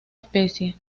especie